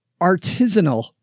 artisanal